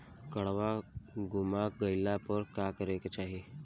काडवा गुमा गइला पर का करेके चाहीं?